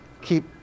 Keep